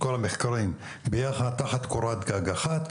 את כל המחקרים תחת קורת גג אחת,